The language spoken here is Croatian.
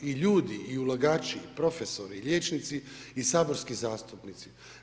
I ljudi i ulagači i profesori i liječnici i saborski zastupnici.